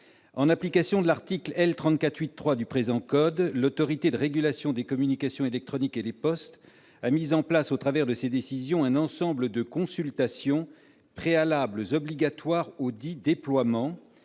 communications électroniques, l'Autorité de régulation des communications électroniques et des postes a mis en place, au travers de ses décisions, un ensemble de consultations préalables obligatoires auxdits déploiements,